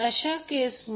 Ip हा 6